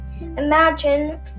imagine